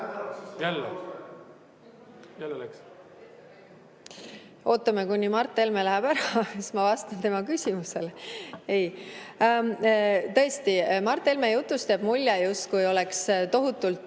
Ootame, kuni Mart Helme läheb ära, siis ma vastan tema küsimusele. Tõesti, Mart Helme jutust jääb mulje, justkui oleks tohutult